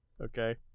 Okay